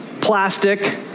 plastic